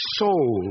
soul